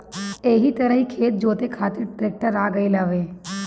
एही तरही खेत जोते खातिर ट्रेक्टर आ गईल हवे